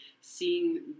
seeing